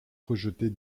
rejetée